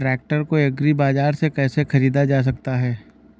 Tractor को agri बाजार से कैसे ख़रीदा जा सकता हैं?